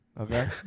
okay